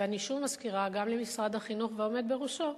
ואני שוב מזכירה, גם למשרד החינוך ולעומד בראשו,